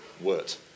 wort